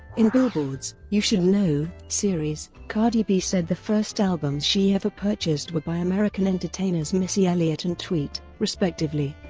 in billboards you should know series, cardi b said the first albums she ever purchased were by american entertainers missy elliott and tweet, respectively.